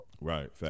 right